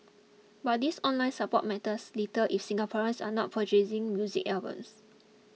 but this online support matters little if Singaporeans are not purchasing music albums